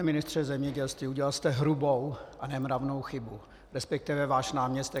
Pane ministře zemědělství, udělal jste hrubou a nemravnou chybu, respektive váš náměstek.